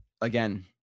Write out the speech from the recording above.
again